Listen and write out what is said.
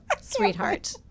sweetheart